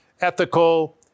ethical